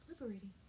liberating